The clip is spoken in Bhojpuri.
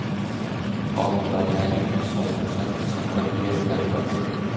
अब बाजारी में सब फसल के संकर बिया मिलत बाटे